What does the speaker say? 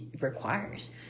requires